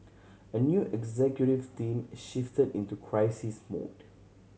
a new executive team shifted into crisis mode